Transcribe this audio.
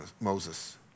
Moses